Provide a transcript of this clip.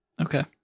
Okay